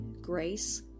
Grace